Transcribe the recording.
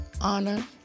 honor